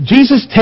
Jesus